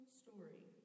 story